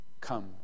come